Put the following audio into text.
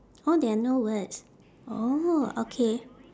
oh there are no words orh okay